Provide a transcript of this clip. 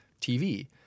TV